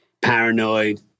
paranoid